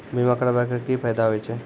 बीमा करबै के की फायदा होय छै?